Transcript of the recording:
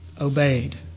obeyed